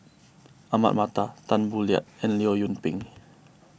Ahmad Mattar Tan Boo Liat and Leong Yoon Pin